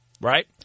right